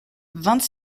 vingt